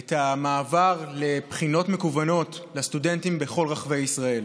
את המעבר לבחינות מקוונות לסטודנטים בכל רחבי ישראל.